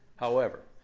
however,